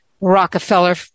Rockefeller